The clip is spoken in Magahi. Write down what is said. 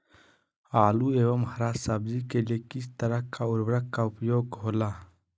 आलू एवं हरा सब्जी के लिए किस तरह का उर्वरक का उपयोग होला?